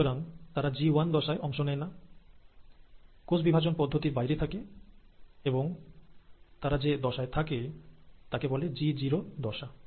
সুতরাং তারা G one দশায় অংশ নেয় না কোষ বিভাজন পদ্ধতির বাইরে থাকে এবং তারা যে দশায় থাকে তাকে বলে জি জিরো দশা